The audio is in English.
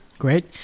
Great